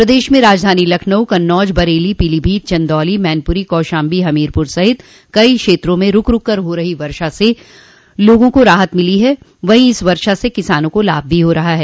प्रदेश में राजधानी लखनऊ कन्नौज बरेली पोलीभीत चन्दौली मैनपुरी कौशाम्बी हमीरपुर सहित कई क्षेत्रों में रूक रूक कर हो रही वर्षा से जहां लोगों को उमस भरी गरमी से राहत मिली है वहीं इस वर्षा से किसानों को भी लाभ हो रहा है